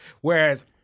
Whereas